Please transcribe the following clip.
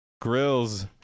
grills